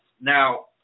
Now